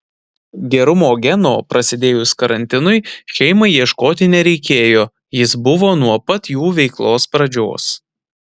gerumo geno prasidėjus karantinui šeimai ieškoti nereikėjo jis buvo nuo pat jų veiklos pradžios